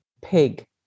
pig